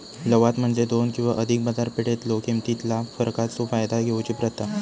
लवाद म्हणजे दोन किंवा अधिक बाजारपेठेतलो किमतीतला फरकाचो फायदा घेऊची प्रथा